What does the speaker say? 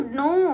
no